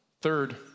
third